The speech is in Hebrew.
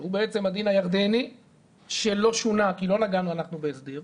שהוא בעצם הדין הירדני שלא שונה כי אנחנו לא נגענו בהסדר,